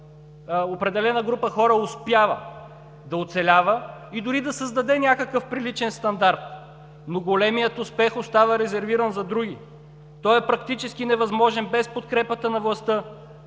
определена група хора успява да оцелява и дори да създаде някакъв приличен стандарт. Но големият успех остава резервиран за други, той е практически невъзможен без подкрепата на властта,